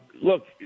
Look